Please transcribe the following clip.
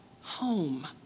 home